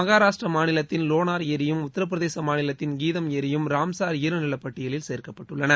மகாராஷ்டிரா மாநிலத்தின் வோனார் ஏரியும் உத்தரப் பிரதேச மாநிலத்தின் கீதம் ஏரியும் ரம்சார் ஈரநில பட்டியலில் சேர்க்கப்பட்டுள்ளன